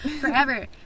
forever